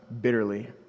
bitterly